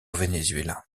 venezuela